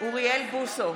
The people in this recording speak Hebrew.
אוריאל בוסו,